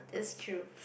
this truth